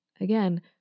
Again